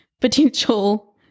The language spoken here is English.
potential